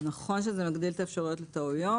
נכון שזה מגדיל את האפשרויות לטעויות.